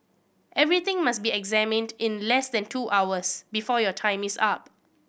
everything must be examined in less than two hours before your time is up